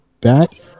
back